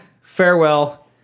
farewell